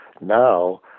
now